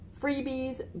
freebies